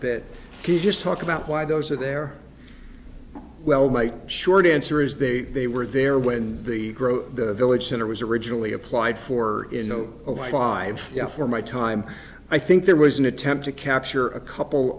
bit he just talk about why those are there well my short answer is they they were there when the grove the village center was originally applied for in no over five yeah for my time i think there was an attempt to capture a couple